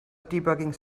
debugging